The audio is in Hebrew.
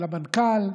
של המנכ"ל.